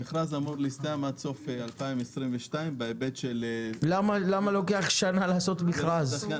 המכרז אמור להסתיים עד סוף 2022. עוד לא הבנתי למה לוקח שנה לעשות מכרז.